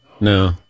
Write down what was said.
No